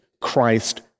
Christ